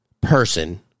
person